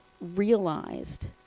realized